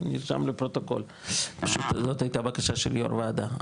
זה נרשם לפרוטוקול שזאת הייתה בקשה של יושב ראש הוועדה.